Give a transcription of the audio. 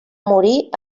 morir